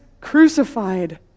crucified